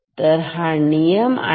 तर हा नियम आहे